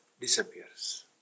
disappears